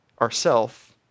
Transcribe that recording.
ourself